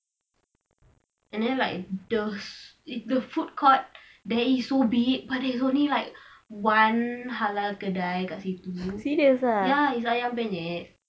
and then like those if the food court that is so big but there is only like one halal kedai kat situ ya it's ayam penyet